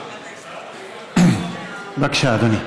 בבקשה, אדוני.